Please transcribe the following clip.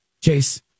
Chase